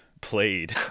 played